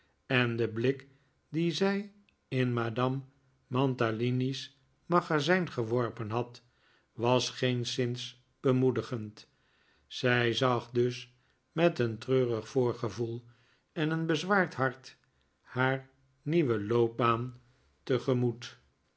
en de blik dien zij in madame mantalini's magazijn geworpen had was geenszins bemoedigend zij zag dus met een treurig voorgevoel en een bezwaard hart haar nieuwe loopbaan